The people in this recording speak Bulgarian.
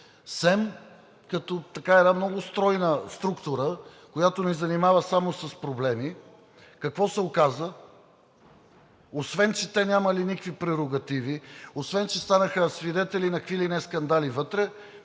СЕМ като една много стройна структура, която ни занимава само с проблеми, какво се оказа, освен че те нямали никакви прерогативи, освен че станаха свидетели на какви ли не скандали вътре,